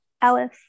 alice